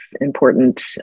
important